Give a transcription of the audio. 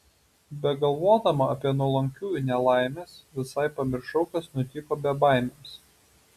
begalvodama apie nuolankiųjų nelaimes visai pamiršau kas nutiko bebaimiams